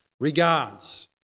Regards